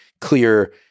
clear